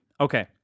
Okay